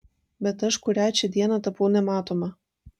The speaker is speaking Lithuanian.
bet aš kurią čia dieną tapau nematoma